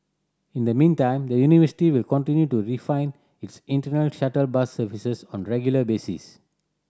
in the meantime the university will continue to refine its internal shuttle bus services on regular basis